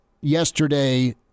yesterday